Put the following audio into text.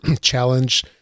challenge